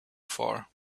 far